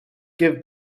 give